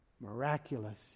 Miraculous